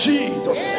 Jesus